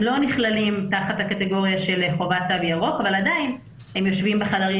הם לא נכללים תחת הקטגוריה של חובת תו ירוק אבל עדיין הם יושבים בחדרים